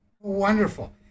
Wonderful